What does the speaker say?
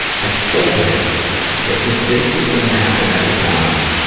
i told him that if this was gonna happen every time,